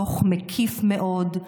דוח מקיף מאוד,